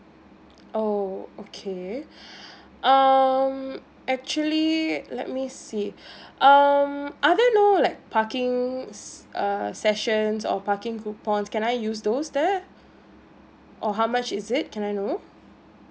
oh okay um actually let me see um are there no like parking's err sessions or parking coupons can I use those there or how much is it can I know